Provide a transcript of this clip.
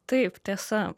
taip tiesa